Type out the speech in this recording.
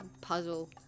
puzzle